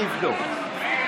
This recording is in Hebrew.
אני אבדוק.